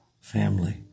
family